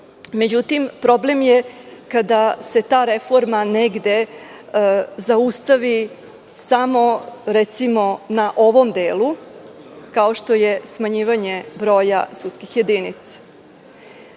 Međutim, problem je kada se ta reforma negde zaustavi, samo recimo na ovom delu, kao što je smanjivanje broja sudskih jedinica. Problem